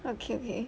okay okay